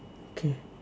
okay